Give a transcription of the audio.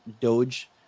Doge